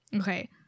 Okay